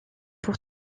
pour